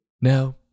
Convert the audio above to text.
Now